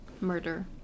Murder